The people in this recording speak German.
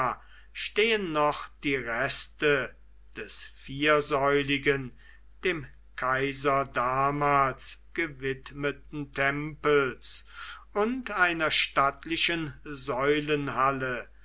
stehen noch die reste des viersäuligen dem kaiser damals gewidmeten tempels und einer stattlichen säulenhalle